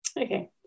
okay